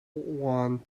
wand